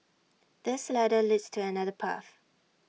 this ladder leads to another path